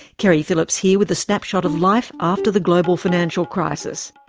keri phillips here with a snapshot of life after the global financial crisis.